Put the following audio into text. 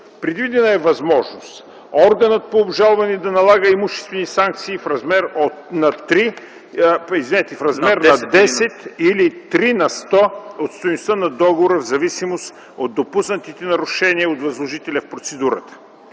Предвидена е възможност органът по обжалване да налага имуществени санкции в размер на 10 или 3 на сто от стойността на договора в зависимост от допуснатите нарушения от възложителя в процедурата.